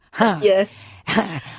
Yes